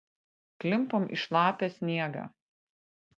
klimpom į šlapią sniegą